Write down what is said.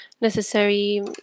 necessary